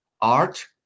art